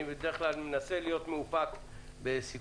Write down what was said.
בדרך כלל אני מנסה להיות מאופק בסיכומים.